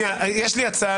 יש לי הצעה,